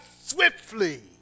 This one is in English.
swiftly